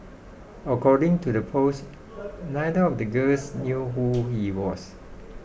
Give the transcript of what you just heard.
according to the post neither of the girls knew who he was